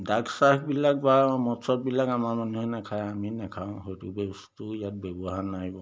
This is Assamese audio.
ড্ৰাগছ চ্ৰাগছবিলাক বা মদ চদবিলাক আমাৰ মানুহে নেখায় আমি নেখাওঁ সেইটো বস্তু ইয়াত ব্যৱহাৰ নাই বাৰু